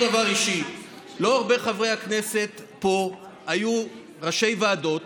דבר אישי: לא הרבה מחברי הכנסת פה היו ראשי ועדות